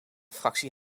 fractie